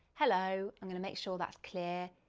hello, i'm gonna make sure that's clear.